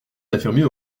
d’affirmer